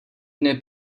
dny